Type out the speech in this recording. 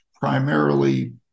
primarily